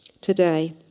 today